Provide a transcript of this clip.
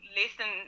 listen